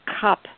cup